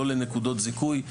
לא לנקודות זיכוי,